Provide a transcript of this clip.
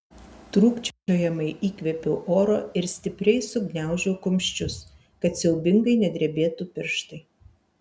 trūkčiojamai įkvėpiau oro ir stipriai sugniaužiau kumščius kad siaubingai nedrebėtų pirštai